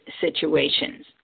situations